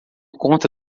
conta